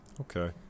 Okay